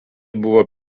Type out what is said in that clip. buvo